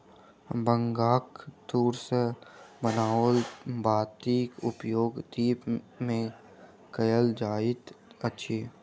बांगक तूर सॅ बनाओल बातीक उपयोग दीप मे कयल जाइत अछि